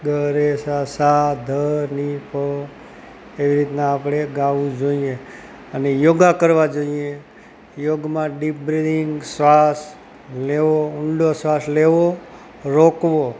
ગરેસા સા પધની પધ એવી રીતના આપણે ગાવું જોઈએ અને યોગા કરવા જોઈએ યોગમાં ડીપ બ્રિધિંગ શ્વાસ લેવો ઊંડો શ્વાસ લેવો રોકવો